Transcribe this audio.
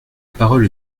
parole